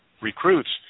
recruits